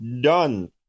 done